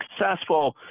successful